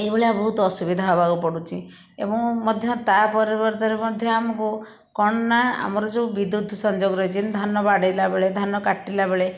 ଏହି ଭଳିଆ ବହୁତ ଅସୁବିଧା ହେବାକୁ ପଡ଼ୁଛି ଏବଂ ମଧ୍ୟ ତା ପରିବର୍ତ୍ତରେ ମଧ୍ୟ ଆମକୁ କ'ଣ ନା ଆମର ଯେଉଁ ବିଦ୍ୟୁତ ସଂଯୋଗ ରହିଛି ଯେନ୍ତି ଧାନ ବାଡ଼େଇଲା ବେଳେ ଧାନ କାଟିଲା ବେଳେ